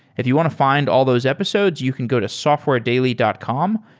if you want to find all those episodes, you can go to softwaredaily dot com.